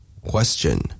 Question